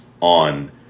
on